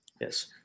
Yes